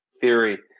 theory